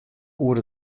oer